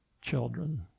children